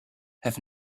have